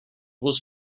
was